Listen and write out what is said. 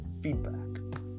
feedback